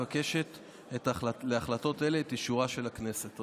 מבקשת הממשלה את אישורה של הכנסת להחלטות אלה.